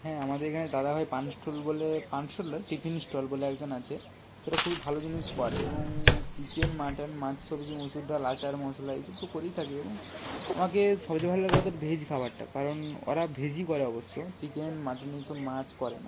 হ্যাঁ আমাদের এখানে দাদাভাই পান স্টল বলে পান স্টল নয় টিফিন স্টল বলে একজন আছে সেটা খুবই ভালো জিনিস করে এবং চিকেন মাটন মাছ সবজি মুসুর ডাল আচার মশলা এসব তো করেই থাকে এবং আমাকে সবচেয়ে ভাল লাগে ওদের ভেজ খাবারটা কারণ ওরা ভেজই করে অবশ্য চিকেন মাটন এসব মাছ করে না